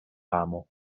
amo